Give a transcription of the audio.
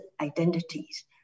identities